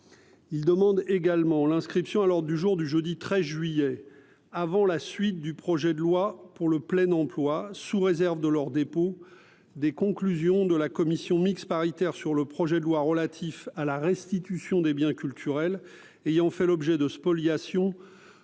Il demande également l’inscription à l’ordre du jour du jeudi 13 juillet, avant la suite du projet de loi pour le plein emploi, sous réserve de leur dépôt, des conclusions de la commission mixte paritaire sur le projet de loi relatif à la restitution des biens culturels ayant fait l’objet de spoliations